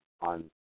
on